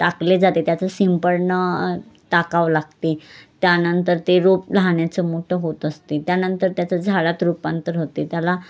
टाकले जाते त्याचं शिंपडणं टाकावं लागते त्यानंतर ते रोप लहानाचं मोठं होत असते त्यानंतर त्याचा झाडात रुपांतर होते त्याला